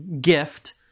gift